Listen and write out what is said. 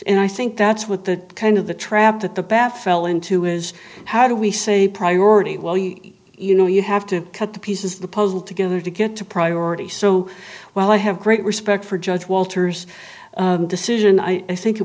and i think that's what the kind of the trap that the bat fell into is how do we say priority well you know you have to cut the pieces the puzzle together to get to priority so while i have great respect for judge walters decision i think it